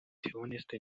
theoneste